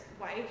wife